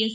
S